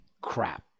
crap